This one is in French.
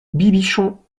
bibichon